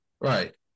Right